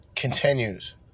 continues